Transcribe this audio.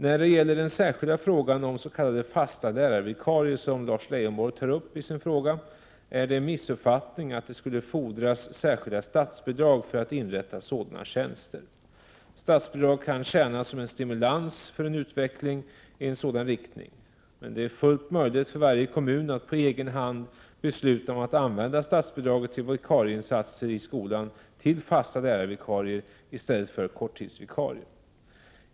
När det gäller den särskilda frågan om s.k. fasta lärarvikarier som Lars Leijonborg tar upp i sin fråga är det en missuppfattning att det skulle fordras särskilda statsbidrag för att inrätta sådana tjänster. Statsbidrag kan tjäna som en stimulans för en utveckling i en sådan riktning, men det är fullt möjligt för varje kommun att på egen hand besluta om att använda statsbidraget till vikarieinsatser i skolan till fasta lärarvikarier i stället för korttidsvikarier.